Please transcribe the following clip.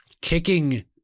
Kicking